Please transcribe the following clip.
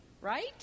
right